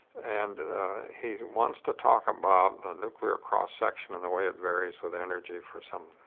and he wants to talk about the nuclear cross-section and the way it varies with energy for some